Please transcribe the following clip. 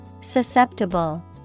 Susceptible